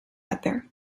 other